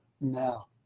now